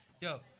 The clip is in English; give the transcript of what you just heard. Yo